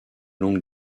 longue